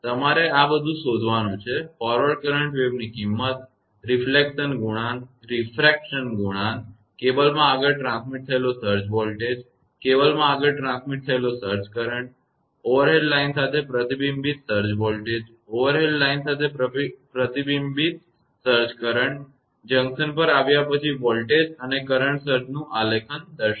તમારે આ બધુ શોધવાનું છે ફોરવર્ડ કરંટ વેવની કિંમત રિફલેક્શન ગુણાંક રીફ્રેક્શન ગુણાંક કેબલમાં આગળ ટ્રાન્સમિટ થયેલો સર્જ વોલ્ટેજ કેબલમાં આગળ ટ્રાન્સમિટ થયેલો સર્જ કરંટ ઓવરહેડ લાઇન સાથે પ્રતિબિંબિત સર્જ વોલ્ટેજ ઓવરહેડ લાઇન સાથે પ્રતિબિંબિત સર્જ કરંટ જંકશન પર આવ્યા પછી વોલ્ટેજ અને કરંટ સર્જનું આલેખન દર્શાવો